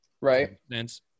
Right